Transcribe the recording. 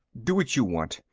do what you want.